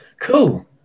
Cool